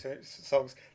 songs